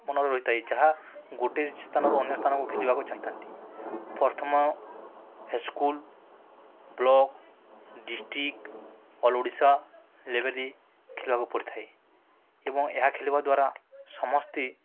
ମନରେ ରହିଥାଏ ଯାହା ଗୋଟେ ସ୍ଥାନରୁ ଅନ୍ୟ ସ୍ଥାନକୁ ଖେଳିବାକୁ ଯାଇଥାନ୍ତି ପ୍ରଥମ high school block district all Odisha ଲେଭେଲରେ ଖେଳିବାକୁ ପଡ଼ିଥାଏ ଏବଂ ଏହା ଖେଳିବା ଦ୍ୱାରା ସମସ୍ତେ